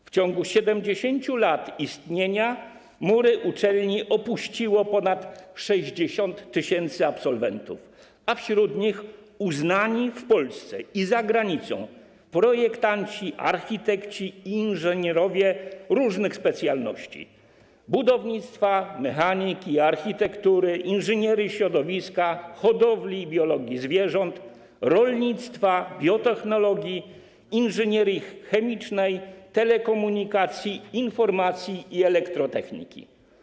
W ciągu 70 lat istnienia mury uczelni opuściło ponad 60 tys. absolwentów, a wśród nich uznani w Polsce i za granicą projektanci, architekci, inżynierowie różnych specjalności, budownictwa, mechaniki, architektury, inżynierii środowiska, hodowli i biologii zwierząt, rolnictwa, biotechnologii, inżynierii chemicznej, telekomunikacji i informacji i elektrotechniki.